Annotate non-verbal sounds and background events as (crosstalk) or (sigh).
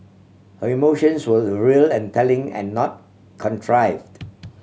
her emotions were (unintelligible) real and telling and not contrived